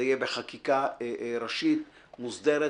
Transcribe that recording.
זה יהיה בחקיקה ראשית מוסדרת,